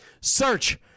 Search